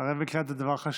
דבר חשוב.